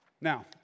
Now